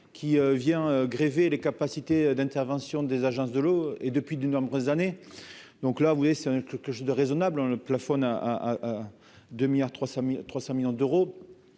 qui vient grever les capacités d'intervention des agences de l'eau et depuis de nombreuses années, donc là vous savez c'est un truc que je de raisonnable le plafonne à à 2 milliards 300